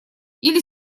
или